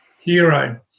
hero